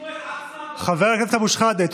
חבר הכנסת אבו שחאדה.